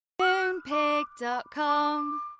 Moonpig.com